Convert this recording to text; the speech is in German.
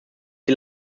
die